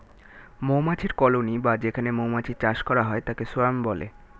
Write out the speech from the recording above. মৌমাছির কলোনি বা যেখানে মৌমাছির চাষ করা হয় তাকে সোয়ার্ম বলে